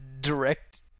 direct